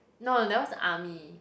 no that one is army